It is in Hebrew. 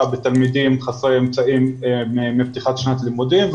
בתלמידים חסרי אמצעים בפתיחת שנת הלימודים.